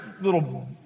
little